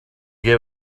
gave